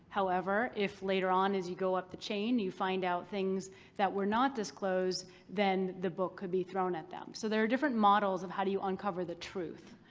however, if later on as you go up the chain you find out things that were not disclosed then the book could be thrown at them. so there are different models of how do you uncover the truth?